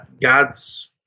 God's